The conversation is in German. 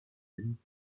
hin